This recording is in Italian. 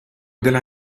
della